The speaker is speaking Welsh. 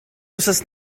wythnos